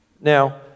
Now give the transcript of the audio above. Now